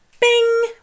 bing